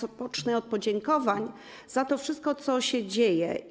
Rozpocznę od podziękowań za to wszystko, co się dzieje.